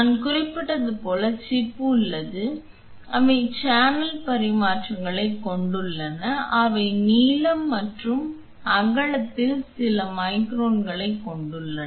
நான் குறிப்பிட்டது போல் சிப் உள்ளது அவை சேனல் பரிமாணங்களைக் கொண்டுள்ளன அவை நீளம் மற்றும் அகலத்தில் சில மைக்ரான்களைக் கொண்டுள்ளன